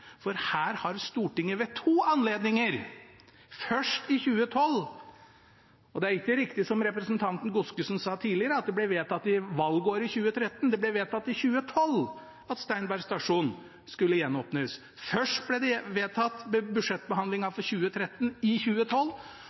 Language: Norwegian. for her har Stortinget ved to anledninger, først i 2012, vedtatt at Steinberg stasjon skulle gjenåpnes. Og det er ikke riktig som representanten Godskesen sa tidligere, at det ble vedtatt i valgåret 2013, det ble vedtatt i 2012. Først ble det vedtatt ved budsjettbehandlingen for 2013, i 2012,